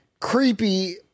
creepy